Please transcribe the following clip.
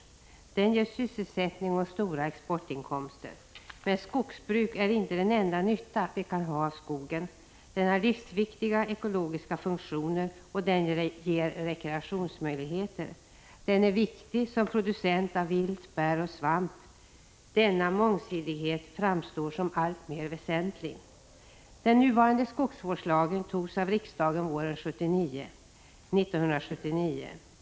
Den ger sysselsättning och stora exportinkomster. Men skogsbruk är inte den enda nytta vi kan ha av skogen. Den har livsviktiga ekologiska funktioner, och den ger rekreationsmöjligheter. Den är viktig som producent av vilt, bär och svamp. Denna mångsidighet framstår som alltmer väsentlig. Den nuvarande skogsvårdslagen antogs av riksdagen våren 1979.